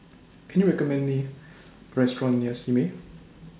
Can YOU recommend Me Restaurant near Simei